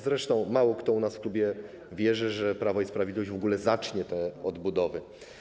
Zresztą mało kto u nas w klubie wierzy, że Prawo i Sprawiedliwość w ogóle zacznie tę odbudowę.